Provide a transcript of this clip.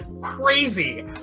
crazy